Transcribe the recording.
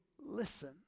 listen